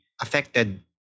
affected